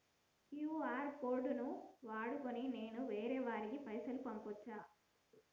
QR code ను వాడుకొని నేను వేరే వారికి పైసలు పంపచ్చా?